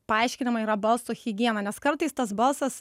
paaiškinama yra balso higiena nes kartais tas balsas